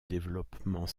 développement